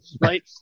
right